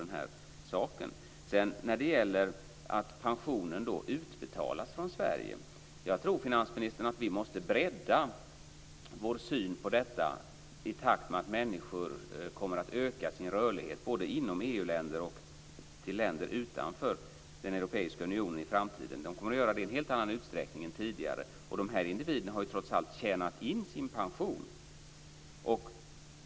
Finansministern sade att pensionerna utbetalas från Sverige. Jag tror att vi måste bredda vår syn på detta i takt med att människor i en helt annan utsträckning än tidigare kommer att öka sin rörlighet, både inom EU-länderna och i länder utanför den europeiska unionen i framtiden. Dessa individer har ju trots allt tjänat in sin pension.